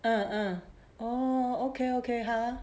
uh uh orh okay okay 好 ah